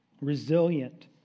resilient